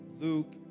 Luke